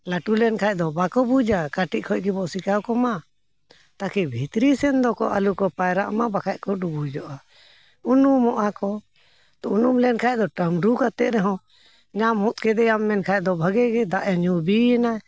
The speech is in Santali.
ᱞᱟᱹᱴᱩ ᱞᱮᱱᱠᱷᱟᱱ ᱫᱚ ᱵᱟᱠᱚ ᱵᱩᱡᱟ ᱠᱟᱹᱴᱤᱡ ᱠᱷᱚᱱ ᱜᱮᱵᱚᱱ ᱥᱤᱠᱷᱟᱹᱣ ᱠᱚᱢᱟ ᱛᱟᱹᱠᱤ ᱵᱷᱤᱛᱨᱤᱥᱮᱱ ᱫᱚᱠᱚ ᱟᱞᱚ ᱠᱚ ᱯᱟᱭᱨᱟᱜᱼᱢᱟ ᱵᱟᱠᱷᱟᱱ ᱠᱚ ᱰᱩᱵᱩᱡᱚᱜᱼᱟ ᱩᱱᱩᱢᱚᱜᱼᱟᱠᱚ ᱛᱚ ᱩᱱᱩᱢ ᱞᱮᱱᱠᱷᱟᱱ ᱫᱚ ᱴᱟᱢᱰᱩ ᱠᱟᱛᱮᱫ ᱨᱮᱦᱚᱸ ᱧᱟᱢ ᱦᱚᱫ ᱠᱮᱫᱮᱭᱟᱢ ᱢᱮᱱᱠᱷᱟᱡ ᱫᱚ ᱵᱷᱟᱜᱮ ᱜᱮ ᱫᱟᱜᱼᱮ ᱧᱩ ᱵᱤᱭᱮᱱᱟ